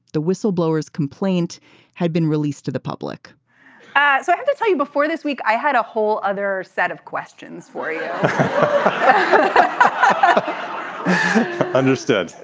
the whistleblower's complaint had been released to the public so i have to tell you before this week i had a whole other set of questions for yeah you understood.